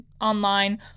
online